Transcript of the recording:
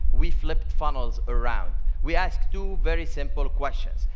we flipped funnels around. we asked two very simple questions.